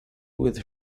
with